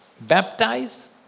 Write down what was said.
baptize